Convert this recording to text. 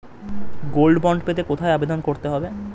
Gold bond পেতে কোথায় আবেদন করতে হবে?